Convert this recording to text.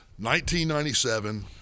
1997